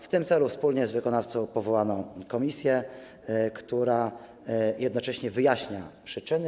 W tym celu wspólnie z wykonawcą powołano komisję, która jednocześnie wyjaśnia przyczyny.